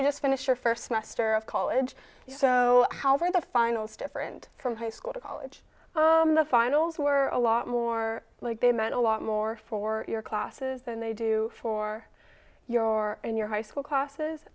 you just finish your first semester of college so how are the finals different from high school to college the finals were a lot more like they meant a lot more for your classes than they do for your in your high school classes